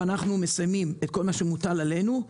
ואנחנו מסיימים את כל מה שמוטל עלינו,